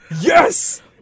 Yes